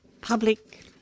public